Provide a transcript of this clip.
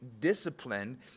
disciplined